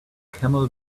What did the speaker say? camel